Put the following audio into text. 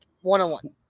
One-on-one